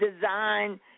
design